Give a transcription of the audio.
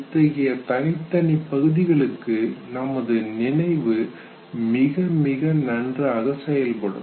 இத்தகைய தனித்தனி பகுதிகளுக்கு நமது நினைவு மிக மிக நன்றாக செயல்படும்